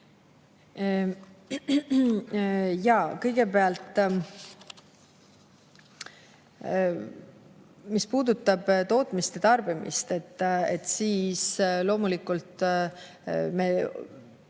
Kõigepealt, mis puudutab tootmist ja tarbimist, siis loomulikult me